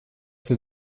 für